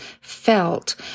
felt